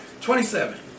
Twenty-seven